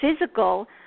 physical